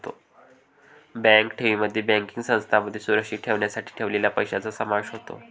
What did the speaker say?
bank ठेवींमध्ये banking संस्थांमध्ये सुरक्षित ठेवण्यासाठी ठेवलेल्या पैशांचा समावेश होतो